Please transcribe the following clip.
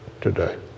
today